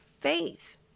faith